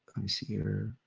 me see here.